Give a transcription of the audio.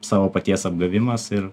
savo paties apgavimas ir